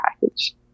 package